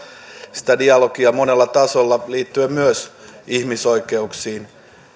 sitä dialogia monella tasolla liittyen myös ihmisoikeuksiin